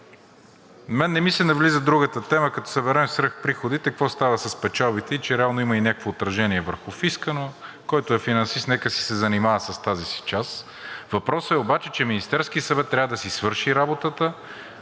мен не ми се навлиза в другата тема, като съберем свръхприходите, какво става с печалбите и че реално има и някакво отражение върху фиска, но който е финансист, нека си се занимава с тази си част. Въпросът е обаче, че Министерският съвет трябва да си свърши работата,